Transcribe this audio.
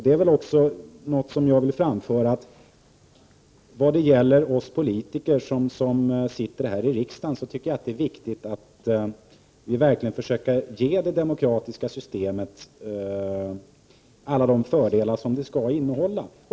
Det är viktigt att vi politiker som sitter här i riksdagen verkligen försöker ge det demokratiska systemet alla de fördelar som det skall innehålla.